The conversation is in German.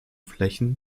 flächen